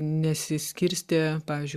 nesiskirstė pavyzdžiui